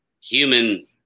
human